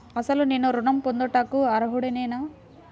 అసలు నేను ఋణం పొందుటకు అర్హుడనేన?